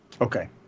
Okay